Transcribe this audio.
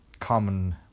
common